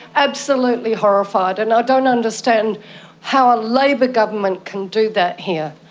absolutely horrified, and i don't understand how a labor government can do that here.